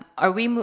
are we